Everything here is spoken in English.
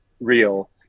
real